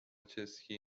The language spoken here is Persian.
چسکی